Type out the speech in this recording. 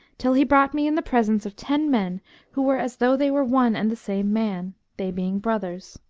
till he brought me in the presence of ten men who were as though they were one and the same man they being brothers.